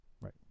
Right